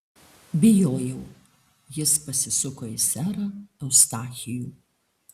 bijojau jis pasisuko į serą eustachijų